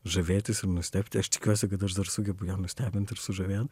žavėtis ir nustebti aš tikiuosi kad aš dar sugebu ją nustebint ir sužavėt